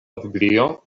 biblio